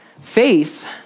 faith